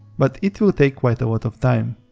but it will take quite a lot of time.